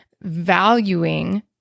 valuing